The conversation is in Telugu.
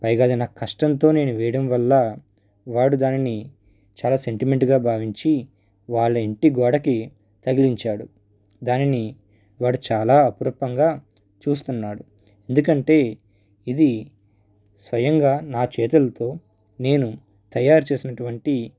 పైగా అది నా కష్టంతో నేను వేయడం వల్ల వాడు దానిని చాలా సెంటిమెంట్గా భావించి వాళ్ళ ఇంటి గోడకి తగిలించాడు దానిని వాడు చాలా అపురూపంగా చూస్తున్నాడు ఎందుకంటే ఇది స్వయంగా నా చేతులతో నేను తయారు చేసినటువంటి